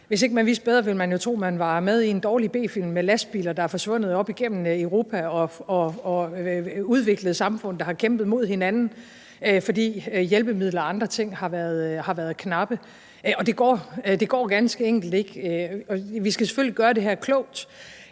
hvis ikke man vidste bedre, ville man jo tro, man var med i en dårlig B-film – med lastbiler, der er forsvundet op igennem Europa, og udviklede samfund, der har kæmpet imod hinanden, fordi hjælpemidler og andre ting har været knappe. Det går ganske enkelt ikke. Vi skal selvfølgelig gøre det her klogt,